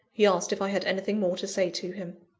he asked if i had anything more to say to him.